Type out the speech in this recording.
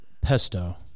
Pesto